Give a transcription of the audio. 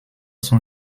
son